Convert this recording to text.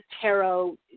tarot